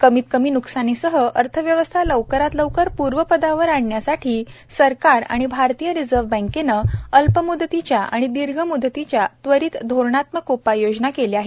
कमीतकमी न्कसानीसह अर्थव्यवस्था लवकरात लवकर पूर्वपदावर आणण्यासाठी सरकार आणि भारतीय रिझर्व्ह बँकेने अल्प मुदतीच्या आणि दीर्घ मुदतीच्या त्वरित धोरणात्मक उपाययोजना केल्या आहेत